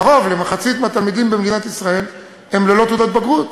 קרוב למחצית מהתלמידים במדינת ישראל הם ללא תעודת בגרות,